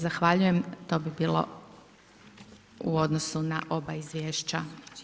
Zahvaljujem, to bi bilo u odnosu na oba izvješća.